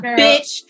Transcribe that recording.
bitch